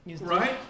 Right